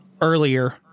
earlier